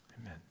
Amen